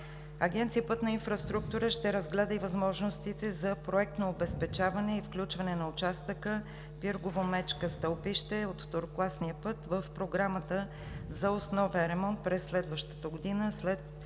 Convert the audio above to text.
Агенция „Пътна инфраструктура“ ще разгледа и възможностите за проектно обезпечаване и включване на участъка Пиргово – Мечка – Стълпище от второкласния път в Програмата за основен ремонт през следващата година